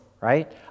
right